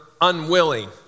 unwilling